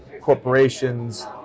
corporations